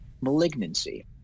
malignancy